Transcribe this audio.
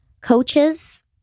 Coaches